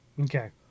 Okay